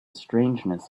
strangeness